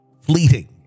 fleeting